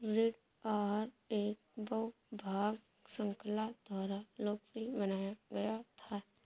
ऋण आहार एक बहु भाग श्रृंखला द्वारा लोकप्रिय बनाया गया था